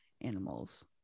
animals